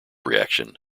reaction